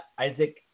Isaac